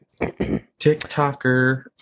TikToker